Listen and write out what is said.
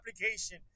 application